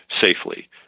safely